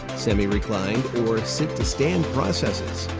semi-reclined, or sit-to-stand processes.